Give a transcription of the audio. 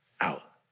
out